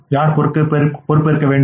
யார் பொறுப்பேற்க வேண்டும்